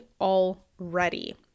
already